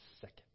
second